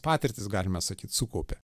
patirtis galima sakyt sukaupė